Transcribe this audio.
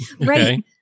right